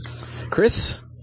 Chris